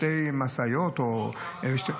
היו שתי משאיות -- סגן השר,